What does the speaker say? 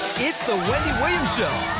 it's the wendy williams show